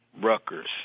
Rutgers